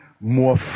more